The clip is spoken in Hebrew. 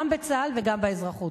גם בצה"ל וגם באזרחות.